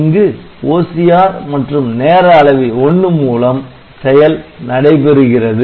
இங்கு OCR மற்றும் நேர அளவி 1 மூலம் செயல் நடைபெறுகிறது